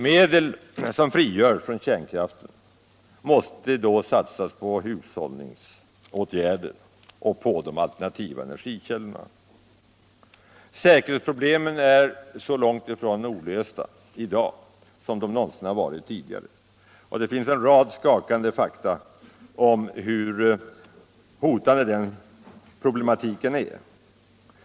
Medel som frigörs från kärnkraften måste då satsas på hushållningsåtgärder och på de alternativa energikällorna. Säkerhetsproblemen är så långt ifrån lösta i dag som de någonsin varit tidigare, och det finns en rad skakande fakta om hur hotande den problematiken är.